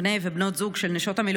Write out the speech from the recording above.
בני ובנות זוג של המילואימניקים,